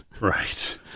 Right